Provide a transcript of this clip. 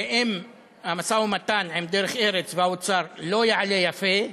ואם המשא-ומתן עם "דרך ארץ" והאוצר לא יעלה יפה,